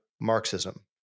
Marxism